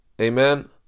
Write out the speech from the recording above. Amen